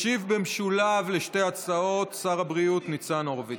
ישיב במשולב על שתי ההצעות שר הבריאות ניצן הורוביץ.